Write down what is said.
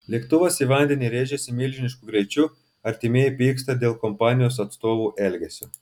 lėktuvas į vandenį rėžėsi milžinišku greičiu artimieji pyksta dėl kompanijos atstovų elgesio